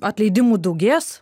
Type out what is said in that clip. atleidimų daugės